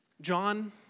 John